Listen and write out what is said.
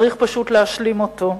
צריך פשוט להשלים אותו.